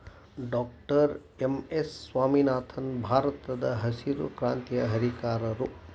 doctor M S Swaminathan ಭಾರತದಹಸಿರು ಕ್ರಾಂತಿಯ ಹರಿಕಾರರು